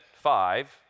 five